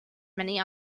many